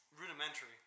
rudimentary